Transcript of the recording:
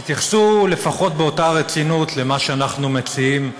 הם יתייחסו לפחות באותה רצינות למה שאנחנו מציעים.